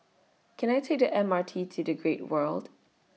Can I Take The M R T to The Great World